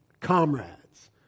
Comrades